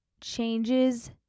changes